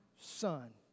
Son